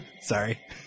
Sorry